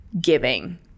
giving